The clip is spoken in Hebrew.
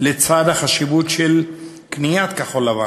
לצד החשיבות של קניית כחול-לבן,